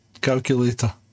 calculator